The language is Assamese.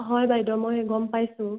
হয় বাইদেউ মই গম পাইছোঁ